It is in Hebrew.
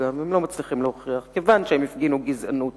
כיוון שהפגינו גזענות